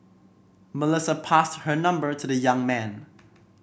Melissa passed her number to the young man